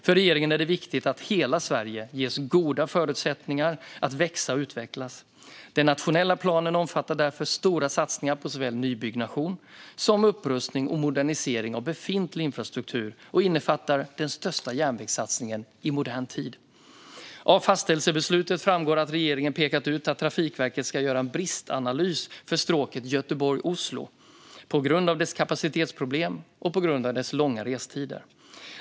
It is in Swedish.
För regeringen är det viktigt att hela Sverige ges goda förutsättningar att växa och utvecklas. Den nationella planen omfattar därför stora satsningar på såväl nybyggnation som upprustning och modernisering av befintlig infrastruktur och innefattar den största järnvägssatsningen i modern tid. Av fastställelsebeslutet framgår att regeringen pekat ut att Trafikverket ska göra en bristanalys för stråket Göteborg-Oslo på grund av dess kapacitetsproblem och långa restider.